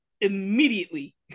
immediately